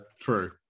true